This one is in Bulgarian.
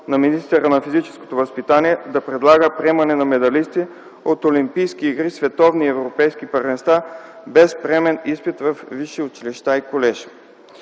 на министъра на физическото възпитание и спорта да предлага приемане на медалисти от олимпийски игри, световни и европейски първенства без приемен изпит във висши училища и колежи.